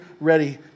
ready